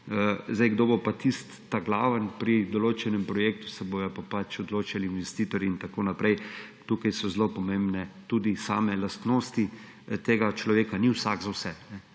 roki. Kdo bo pa tisti ta glavni pri določenem projektu, se bojo pa odločali investitorji in tako naprej. Tukaj so zelo pomembne tudi same lastnosti tega človeka, ni vsak za vse,